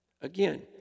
Again